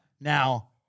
Now